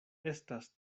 estas